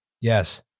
Yes